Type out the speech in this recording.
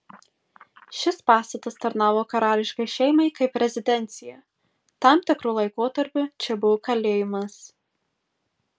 šis pastatas tarnavo karališkai šeimai kaip rezidencija tam tikru laikotarpiu čia buvo kalėjimas